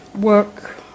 work